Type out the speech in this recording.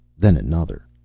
then another,